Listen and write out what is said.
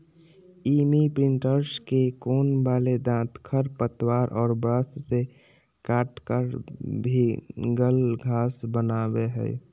imprinter के कोण वाले दांत खरपतवार और ब्रश से काटकर भिन्गल घास बनावैय हइ